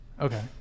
Okay